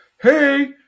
hey